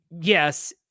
Yes